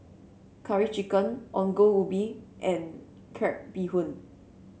Curry Chicken Ongol Ubi and Crab Bee Hoon